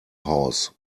house